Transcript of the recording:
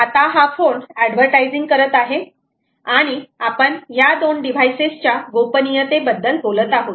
तर आता हा फोन एडव्हर्टायझिंग करत आहे आणि आपण या दोन डिव्हाइसेस च्या गोपनीयतेबद्दल बोलत आहोत